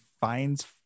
finds